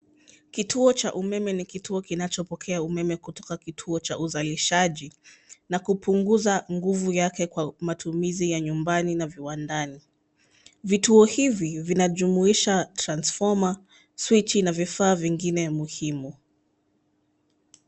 Kituo cha umeme ni kituo kinachopokea umeme kutoka kituo cha uzalishaji na kupunguza nguvu yake kwa matumizi ya nyumbani na viwandani. Vituo hivi vinajumuisha transformer swichi na vifaa vingine muhimu.